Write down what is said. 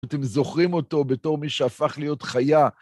ואתם זוכרים אותו בתור מי שהפך להיות חיה.